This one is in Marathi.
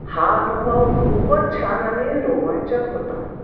हा अनुभव खूपच छान आणि रोमांचक होता